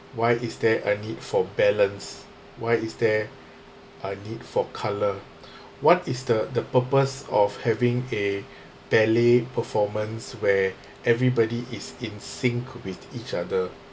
why is there a need for balance why is there a need for colour what is the the purpose of having a ballet performance where everybody is in sync with each other